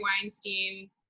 Weinstein